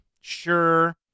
Sure